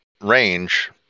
range